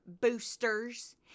boosters